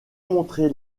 montrer